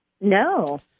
No